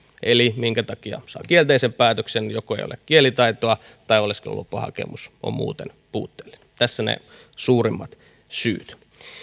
eli minkä takia saa kielteisen päätöksen joko ei ole kielitaitoa tai oleskelulupahakemus on muuten puutteellinen tässä ne suurimmat syyt